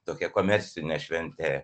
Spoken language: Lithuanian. tokia komercine švente